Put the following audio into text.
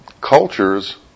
cultures